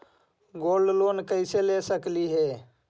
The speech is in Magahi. गोल्ड लोन कैसे ले सकली हे?